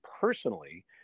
personally